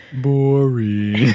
boring